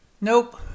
Nope